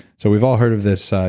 so we've all heard of this,